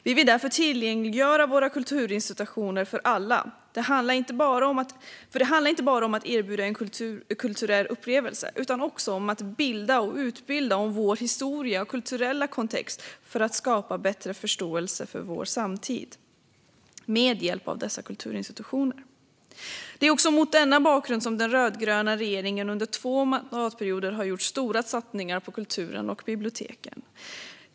Vi vill därför tillgängliggöra våra kulturinstitutioner för alla, för det handlar inte bara om att erbjuda en kulturell upplevelse utan också om att bilda och utbilda om vår historia och kulturella kontext för att skapa bättre förståelse för vår samtid med hjälp av dessa institutioner. Det är mot denna bakgrund som den rödgröna regeringen under två mandatperioder har gjort stora satsningar på kulturen och biblioteken.